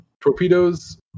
torpedoes